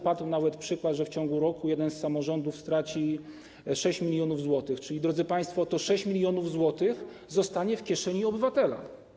Padł nawet przykład, że w ciągu roku jeden z samorządów straci 6 mln zł, czyli, drodzy państwo, 6 mln zł zostanie w kieszeni obywatela.